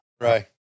Right